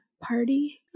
party